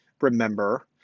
remember